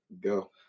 Go